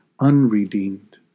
unredeemed